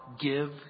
give